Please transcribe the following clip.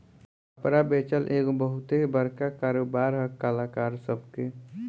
कपड़ा बेचल एगो बहुते बड़का कारोबार है कलाकार सभ के